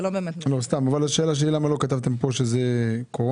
לא, אבל השאלה שלי למה לא כתבתם פה שזה קורונה?